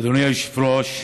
אדוני היושב-ראש,